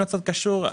חשוב?